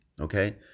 okay